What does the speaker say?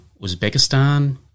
Uzbekistan